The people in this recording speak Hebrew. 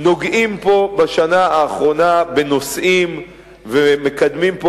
נוגעים פה בשנה האחרונה בנושאים ומקדמים פה